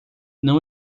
não